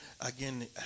again